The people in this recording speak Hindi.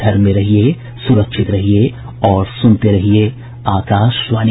घर में रहिये सुरक्षित रहिये और सुनते रहिये आकाशवाणी